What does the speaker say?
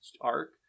arc